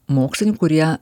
mokslininkų kurie